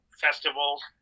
festivals